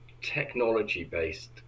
technology-based